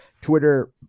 Twitter